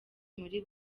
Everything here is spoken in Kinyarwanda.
muri